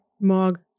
MOG